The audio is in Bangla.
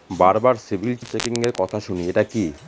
বারবার সিবিল চেকিংএর কথা শুনি এটা কি?